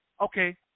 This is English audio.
Okay